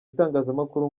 itangazamakuru